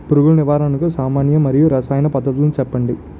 పురుగుల నివారణకు సామాన్య మరియు రసాయన పద్దతులను చెప్పండి?